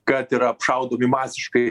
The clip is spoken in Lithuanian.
kad yra apšaudomi masiškai